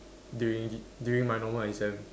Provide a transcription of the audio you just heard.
during during my normal exam